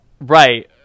Right